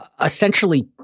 essentially